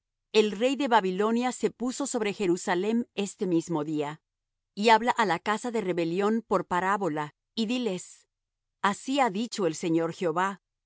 el rey de babilonia se puso sobre jerusalem este mismo día y habla á la casa de rebelión por parábola y diles así ha dicho el señor jehová